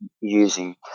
using